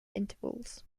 intervals